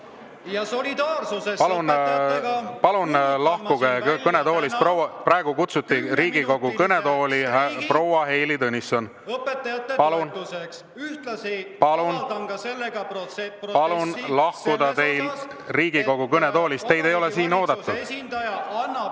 toetuseks. Palun lahkuge kõnetoolist! Praegu kutsuti Riigikogu kõnetooli proua Heili Tõnisson. Palun teil lahkuda Riigikogu kõnetoolist, te ei ole siin oodatud!